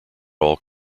all